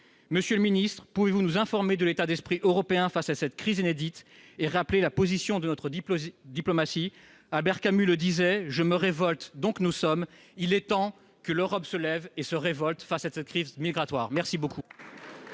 Monsieur le ministre, pouvez-vous nous informer de l'état d'esprit européen face à cette crise inédite et rappeler la position de notre diplomatie ? Albert Camus le disait :« Je me révolte, donc nous sommes. » Il est temps que l'Europe se lève et se révolte face à cette crise migratoire. La parole